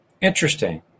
Interesting